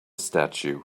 statue